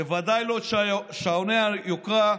בוודאי לא את שעוני היוקרה,